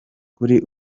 kuri